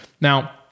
Now